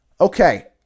Okay